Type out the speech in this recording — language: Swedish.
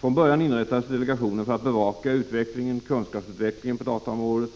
Från början inrättades delegationen för att bevaka utvecklingen, främja kunskapsutvecklingen på dataområdet